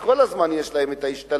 כל הזמן יש להן השתלמויות.